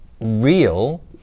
real